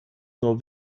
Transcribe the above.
nur